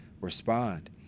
respond